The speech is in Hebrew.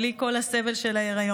בלי כל הסבל של ההיריון.